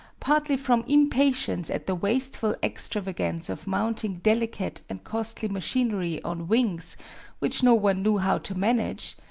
partly from impatience at the wasteful extravagance of mounting delicate and costly machinery on wings which no one knew how to manage,